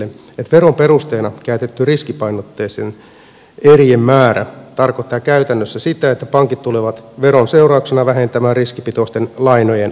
veron perusteena käytetty riskipainotteisten erien määrä tarkoittaa käytännössä sitä että pankit tulevat veron seurauksena vähentämään riskipitoisten lainojen antoa